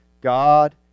God